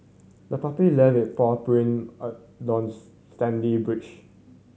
the puppy leave it paw print on sandy